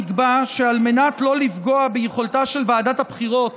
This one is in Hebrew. נקבע שעל מנת שלא לפגוע ביכולתה של ועדת הבחירות